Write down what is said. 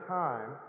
time